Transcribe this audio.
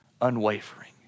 unwavering